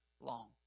long